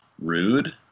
rude